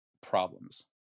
problems